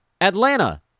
Atlanta